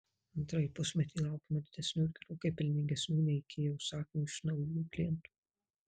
antrąjį pusmetį laukiama didesnių ir gerokai pelningesnių nei ikea užsakymų iš naujų klientų